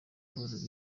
paul